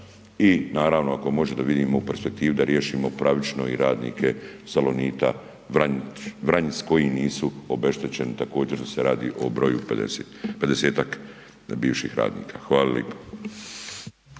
i naravno ako može da vidimo u perspektivi da riješimo pravično i radnike „Salonita“ Vranjic koji nisu obeštećeni također se radi o broju 50-ak bivših radnika. Hvala lipa.